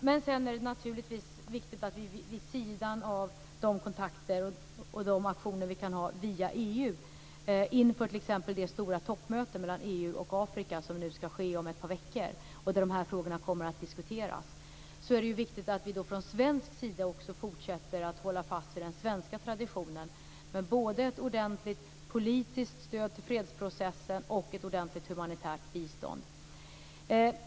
Sedan är det viktigt att vi vid sidan av de kontakter och de aktioner vi kan ha via EU - t.ex. inför det stora toppmöte mellan EU och Afrika som nu ska ske om ett par veckor, där dessa frågor kommer att diskuteras - från svensk sida fortsätter att hålla fast vid den svenska traditionen med både ett ordentligt politiskt stöd till fredsprocessen och ett ordentligt humanitärt bistånd.